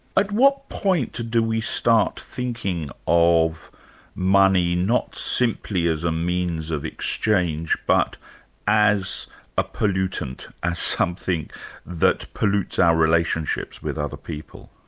at what point do we start thinking of money not simply as a means of exchange, but as a pollutant, as something that pollutes our relationships with other people?